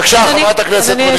בבקשה, חברת הכנסת רונית תירוש.